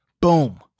Boom